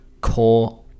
core